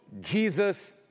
Jesus